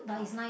ah